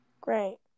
Great